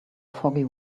foggy